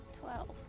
Twelve